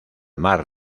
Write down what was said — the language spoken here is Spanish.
mar